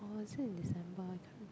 or is it in December I can't